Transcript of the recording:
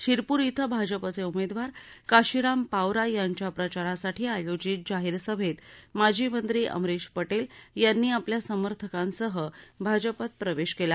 शिरपूर इथं भाजपाचे उमेदवार काशिराम पावरा यांच्या प्रचारासाठी आयोजित जाहिर सभेत माजी मंत्री अमरिश पटेल यांनी आपल्या समर्थकांसह भाजपात प्रवेश केला